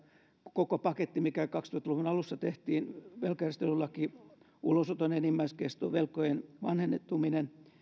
koko paketti mikä kaksituhatta luvun alussa tehtiin velkajärjestelylaki ulosoton enimmäiskesto velkojen vanhentuminen